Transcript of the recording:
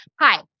hi